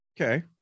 okay